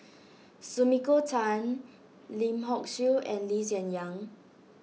Sumiko Tan Lim Hock Siew and Lee Hsien Yang